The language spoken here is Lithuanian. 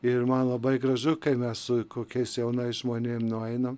ir man labai gražu kai mes su kokiais jaunais žmonėm nueinam